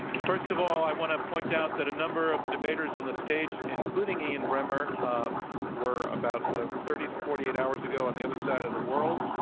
first of all, i want to point out that a number of the debaters on the stage, including ian bremmer, were about ah thirty to forty eight hours ago on the other side of the world.